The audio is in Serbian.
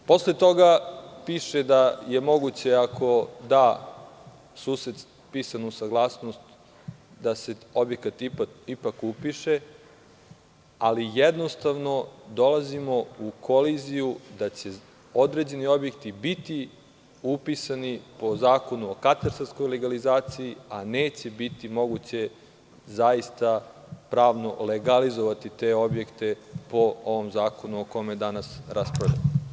Posle toga piše da je moguće ako da sused pisanu saglasnost da se objekat ipak upiše, ali jednostavno dolazimo u koliziju da će određeni objekti biti upisani po Zakonu o katastarskoj legalizaciji, a neće biti moguće pravno legalizovati te objekte po ovom zakonu o kome danas raspravljamo.